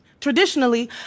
Traditionally